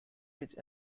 which